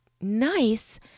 nice